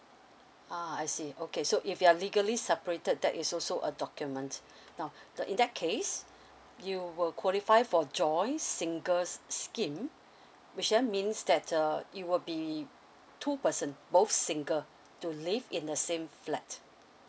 ah I see okay so if you are legally separated that is also a document now the in that case you will qualify for joint singles scheme which that means that uh it will be two person both single to live in the same flat